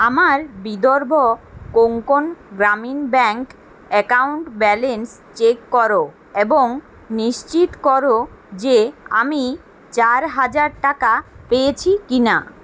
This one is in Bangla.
আমার Vidarbha Konkan Gramin bank account balance check করো এবং নিশ্চিত করো যে আমি চার হাজার টাকা পেয়েছি কি না